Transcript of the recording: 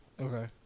Okay